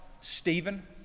Stephen